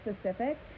specific